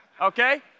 okay